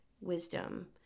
wisdom